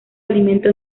alimento